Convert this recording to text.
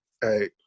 hey